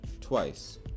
twice